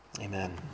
amen